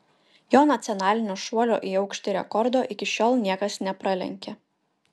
jo nacionalinio šuolio į aukštį rekordo iki šiol niekas nepralenkė